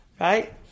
right